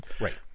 Right